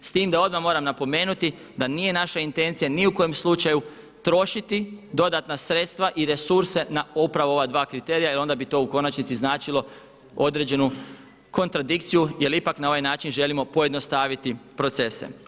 S tim da odmah moram napomenuti, da nije naša intencija ni u kom slučaju trošiti dodatna sredstva i resurse na upravo ova dva kriterija jel onda bi to u konačnici značilo određenu kontradikciju jer ipak na ovaj način želimo pojednostaviti procese.